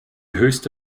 höchste